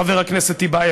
חבר הכנסת טיבייב?